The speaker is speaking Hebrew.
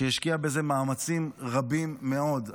שהשקיע בזה מאמצים רבים מאוד.